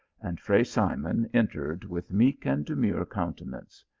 and fray simon entered with meek and demure coun tenance.